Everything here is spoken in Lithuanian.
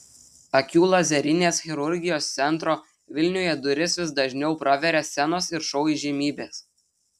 akių lazerinės chirurgijos centro vilniuje duris vis dažniau praveria scenos ir šou įžymybės